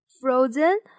Frozen